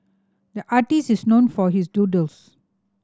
the artist is known for his doodles